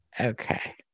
Okay